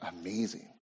amazing